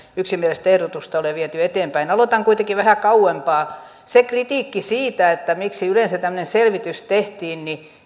yksimielistä ehdotusta ole viety eteenpäin aloitan kuitenkin vähän kauempaa se kritiikki siitä miksi yleensä tämmöinen selvitys tehtiin